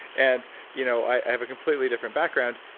and you know i have a completely different background,